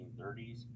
1930s